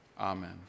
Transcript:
Amen